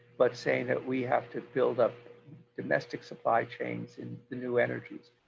but saying that we have to build up domestic supply chains in the new energies.